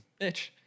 bitch